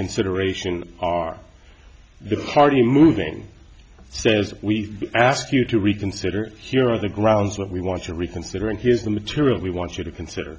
reconsideration are the party moving so we've asked you to reconsider here on the grounds what we want to reconsider and here's the material we want you to consider